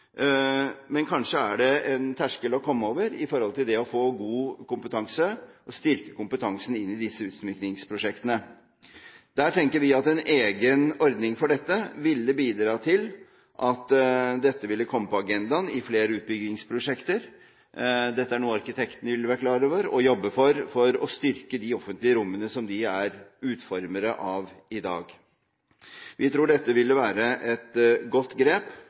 men kanskje er det en terskel å komme over for å få god kompetanse og styrke kompetansen inn i disse utsmykningsprosjektene. Vi tenker at en egen ordning for dette ville bidra til at dette ville komme på agendaen i flere utbyggingsprosjekter. Dette er noe arkitektene ville vært klar over og jobbet for, for å styrke de offentlige rommene som de er utformere av i dag. Vi tror dette ville være et godt grep